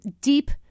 deep